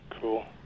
Cool